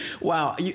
wow